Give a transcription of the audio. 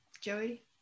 Joey